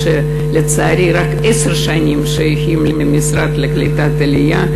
שלצערי רק עשר שנים שייכים למשרד לקליטת העלייה.